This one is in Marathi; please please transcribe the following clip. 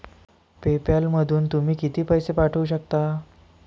पे पॅलमधून तुम्ही किती पैसे पाठवू शकता?